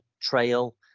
trail